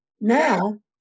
now